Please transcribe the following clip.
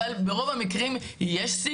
אבל ברוב המקרים יש אות,